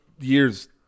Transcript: years